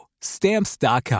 Stamps.com